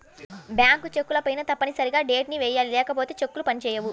bank చెక్కులపైన తప్పనిసరిగా date ని వెయ్యాలి లేకపోతే చెక్కులు పని చేయవు